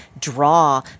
draw